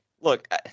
look